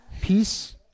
peace